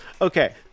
Okay